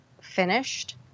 finished